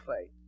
faith